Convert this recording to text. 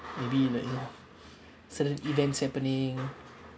maybe like you know certain events happening